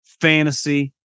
fantasy